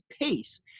pace